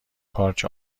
پارچ